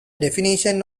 definitions